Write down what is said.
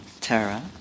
Tara